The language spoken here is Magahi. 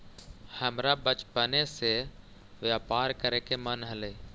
हमरा बचपने से व्यापार करे के मन हलई